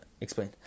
explain